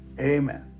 Amen